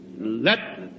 Let